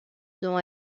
dont